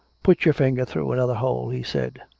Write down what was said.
put your finger through another hole, he said.